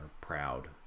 proud